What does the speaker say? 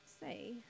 say